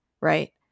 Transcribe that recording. right